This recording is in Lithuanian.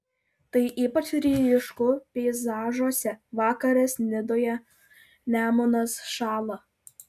tai ypač ryšku peizažuose vakaras nidoje nemunas šąla